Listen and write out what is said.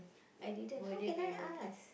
I didn't how can I ask